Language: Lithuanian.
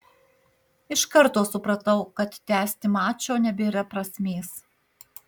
iš karto supratau kad tęsti mačo nebėra prasmės